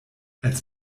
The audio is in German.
als